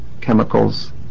chemicals